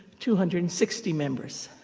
two hundred and sixty members.